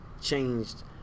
changed